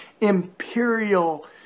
imperial